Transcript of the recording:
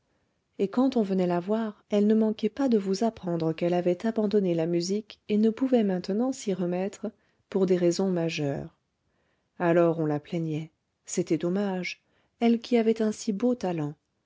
et quand on venait la voir elle ne manquait pas de vous apprendre qu'elle avait abandonné la musique et ne pouvait maintenant s'y remettre pour des raisons majeures alors on la plaignait c'était dommage elle qui avait un si beau talent